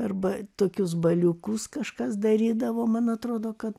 per bal tokius baliukus kažkas darydavo man atrodo kad